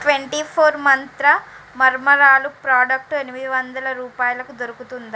twenty four Mantra మరమరాలు product ఎనిమిది వందల రూపాయలకు దొరుకుతుందా